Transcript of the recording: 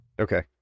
Okay